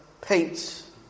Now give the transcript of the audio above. paints